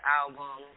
album